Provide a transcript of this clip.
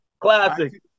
Classic